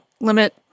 limit